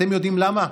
אתם יודעים למה?